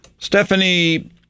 Stephanie